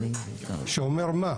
שאומר מה?